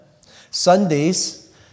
Sundays